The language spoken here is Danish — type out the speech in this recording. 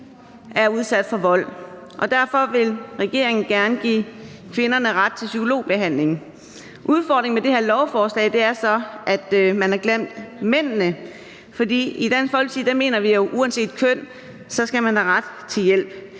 er udsat for vold, og derfor vil regeringen gerne give kvinderne ret til psykologbehandling. Det, der så er udfordringen med det her lovforslag, er, at man har glemt mændene, for i Dansk Folkeparti mener vi, at man uanset køn skal have ret til hjælp.